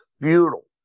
futile